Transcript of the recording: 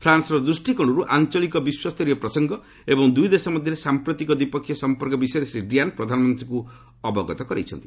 ଫ୍ରାନ୍ୱର ଦୃଷ୍ଟିକୋଣରୁ ଆଞ୍ଚଳିକ ବିଶ୍ୱସ୍ତରୀୟ ପ୍ରସଙ୍ଗ ଏବଂ ଦୁଇ ଦେଶ ମଧ୍ୟରେ ସାମ୍ପ୍ରତିକ ଦ୍ୱିପକ୍ଷିୟ ସମ୍ପର୍କ ବିଷୟରେ ଶ୍ରୀ ଡ୍ରିୟାନ୍ ପ୍ରଧାନମନ୍ତ୍ରୀଙ୍କୁ ଅବଗତ କରାଇଛନ୍ତି